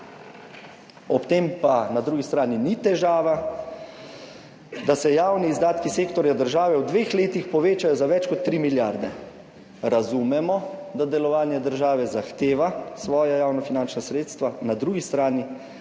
ob tem pa na drugi strani ni težava, da se javni izdatki sektorja države v 2 letih povečajo za več kot 3 milijarde. Razumemo, da delovanje države zahteva svoja javnofinančna sredstva, na drugi strani